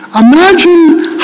imagine